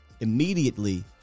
immediately